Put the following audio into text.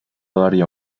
daría